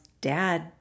dad